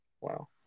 Wow